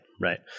right